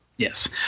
Yes